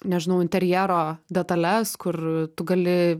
nežinau interjero detales kur tu gali